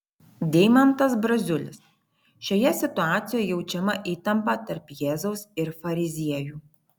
deimantas braziulis šioje situacijoje jaučiama įtampa tarp jėzaus ir fariziejų